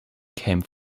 came